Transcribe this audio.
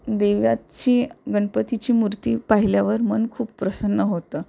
देवाची गणपतीची मूर्ती पाहिल्यावर मन खूप प्रसन्न होतं